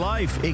Life